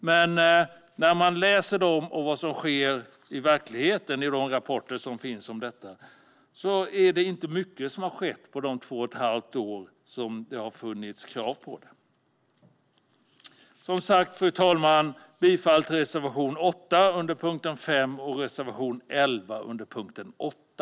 Men enligt de rapporter om verkligheten som finns är det inte mycket som har hänt på de två och ett halvt år som det har funnits krav på handlingsplaner. Fru talman! Som sagt yrkar jag bifall till reservation 8 under punkt 5 och till reservation 11 under punkt 8.